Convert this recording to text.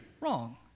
Wrong